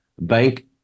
bank